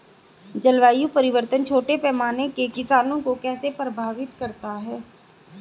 जलवायु परिवर्तन छोटे पैमाने के किसानों को कैसे प्रभावित करता है?